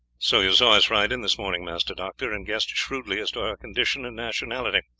so you saw us ride in this morning, master doctor, and guessed shrewdly as to our condition and nationality.